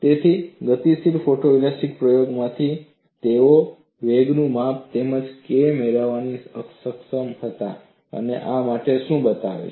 તેથી ગતિશીલ ફોટોએલાસ્ટીક પ્રયોગોમાંથી તેઓ વેગનું માપ તેમજ K મેળવવા સક્ષમ હતા અને આ શું બતાવે છે